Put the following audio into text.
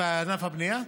בענף הבנייה?